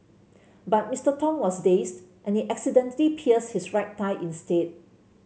but Mister Tong was dazed and he accidentally pierced his right thigh instead